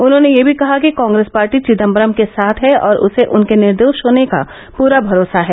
उन्होंने यह भी केहा कि कांग्रेस पार्टी विदम्बरम के साथ है और उसे उनके निर्दोष होने का पूरा भरोसा है